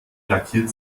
lackiert